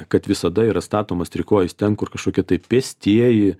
kad visada yra statomas trikojis ten kur kažkokie tai pėstieji